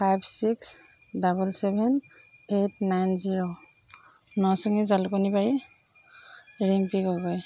five six double seven eight nine জি'ৰ নচুঙি জালুকনীবাৰী ৰিম্পী গগৈ